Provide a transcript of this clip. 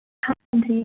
ਹਾਂਜੀ